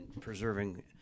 preserving